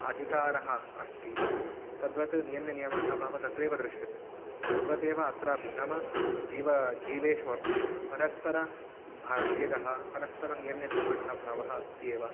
अधिकारः अस्ति तद्वत् नियम्यनियामकभावः तत्रैव दृश्यते तद्वतेव अत्रापि नाम जीवः जीवेषु अपि परस्परः भ भेदः परस्परः नियम्यनियामकभावः अस्ति एव